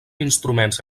instruments